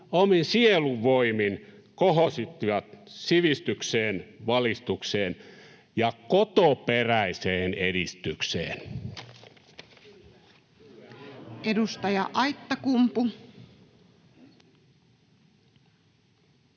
omin sielunvoimin kohosivat sivistykseen, valistukseen ja kotoperäiseen edistykseen.